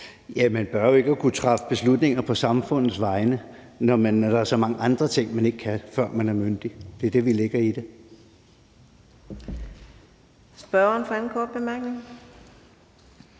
(M): Man bør jo ikke kunne træffe beslutninger på samfundets vegne, når der er så mange andre ting, man ikke kan, før man er myndig. Det er det, vi lægger i det.